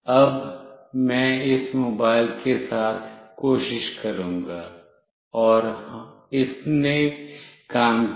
अब मैं इस मोबाइल के साथ कोशिश करूंगा और इसने काम किया